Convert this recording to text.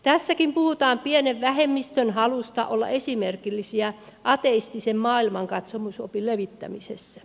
tässäkin puhutaan pienen vähemmistön halusta olla esimerkillisiä ateistisen maailmankatsomusopin levittämisessä